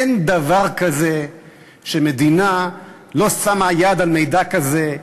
אין דבר כזה שמדינה לא שמה יד על מידע כזה.